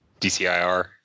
DCIR